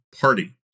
party